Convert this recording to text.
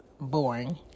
boring